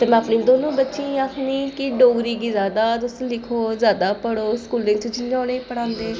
ते में अपनी दोनों बच्चियें ई आखनी कि डोगरी गी जैदा तुस लिखो जैदा पढ़ो ते स्कूलै च जि'यां उ'नें ई पढ़ांदे